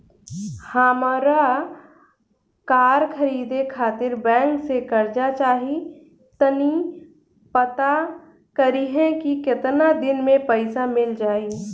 हामरा कार खरीदे खातिर बैंक से कर्जा चाही तनी पाता करिहे की केतना दिन में पईसा मिल जाइ